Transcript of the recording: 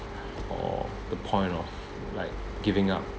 or the point of like giving up